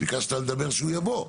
לא, ביקשת לדבר כשהוא יבוא.